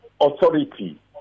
authority